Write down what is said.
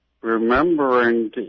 remembering